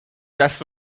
دست